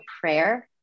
prayer